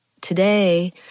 today